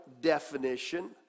definition